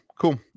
cool